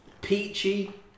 Peachy